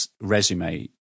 resume